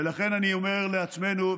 ולכן אני אומר לעצמנו,